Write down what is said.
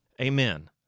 Amen